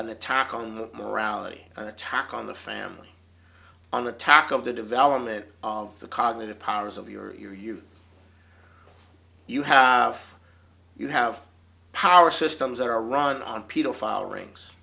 an attack on the morality an attack on the family on attack of the development of the cognitive powers of your you you you have you have power systems that are run on paedophile rings